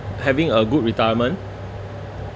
having a good retirement